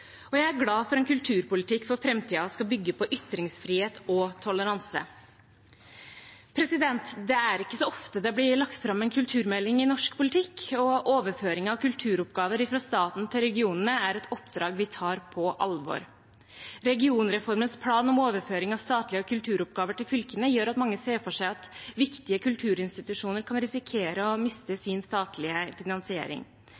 og jeg er glad for at en kulturpolitikk for framtiden skal bygge på ytringsfrihet og toleranse. Det er ikke så ofte det blir lagt fram en kulturmelding i norsk politikk, og overføring av kulturoppgaver fra staten til regionene er et oppdrag vi tar på alvor. Regionreformens plan om overføring av statlige kulturoppgaver til fylkene gjør at mange ser for seg at viktige kulturinstitusjoner kan risikere å miste